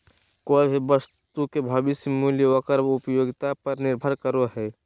कोय भी वस्तु के भविष्य मूल्य ओकर उपयोगिता पर निर्भर करो हय